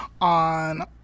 on